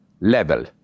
level